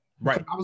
Right